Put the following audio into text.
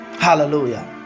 hallelujah